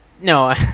No